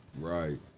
Right